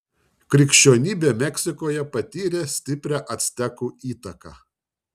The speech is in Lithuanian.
krikščionybė meksikoje patyrė stiprią actekų įtaką